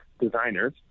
designers